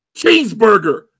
cheeseburger